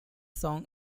song